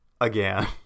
again